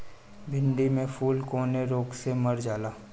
भिन्डी के फूल कौने रोग से मर जाला?